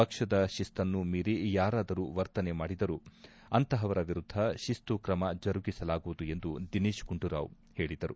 ಪಕ್ಷದ ಶಿಸ್ತುನ್ನು ಮೀರಿ ಯಾರಾದರೂ ವರ್ತನೆ ಮಾಡಿದರೂ ಅತಂಪವರ ವಿರುದ್ದ ಶಿಸ್ತು ಕ್ರಮ ಜರುಗಿಸಲಾಗುವುದು ಎಂದು ದಿನೇಶ್ ಗುಂಡೂರಾವ್ ಹೇಳಿದರು